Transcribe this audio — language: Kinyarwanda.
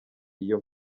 iyo